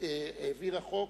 העבירה חוק